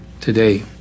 today